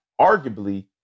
arguably